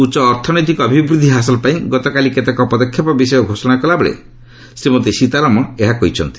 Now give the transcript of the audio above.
ଉଚ୍ଚ ଅର୍ଥନୈତିକ ଅଭିବୃଦ୍ଧି ହାସଲ ପାଇଁ ଗତକାଲି କେତେକ ପଦକ୍ଷେପ ବିଷୟ ଘୋଷଣା କଲାବେଳେ ଶ୍ରୀମତୀ ସୀତାରମଣ ଏହା କହିଛନ୍ତି